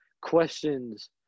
questions